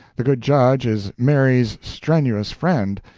the good judge is mary's strenuous friend,